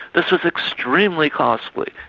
this was extremely costly,